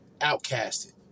outcasted